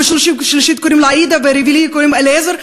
ולשלישית קוראים עאידה ולרביעי קוראים אליעזר,